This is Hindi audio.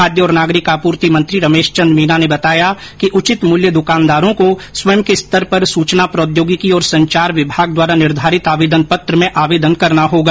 खाद्य एवं नागरिक आपूर्ति मंत्री रमेश चन्द मीना ने बताया कि उचित मूल्य दुकानदारों को स्वयं के स्तर पर सूचना प्रौद्योगिकी और संचार विभाग द्वारा निर्धारित आवेदन पत्र में आवेदन करना होगा